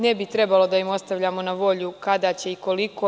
Ne bi trebalo da im ostavljamo na volju kada će i koliko.